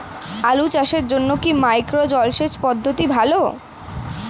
আলু চাষের জন্য কি মাইক্রো জলসেচ পদ্ধতি ভালো?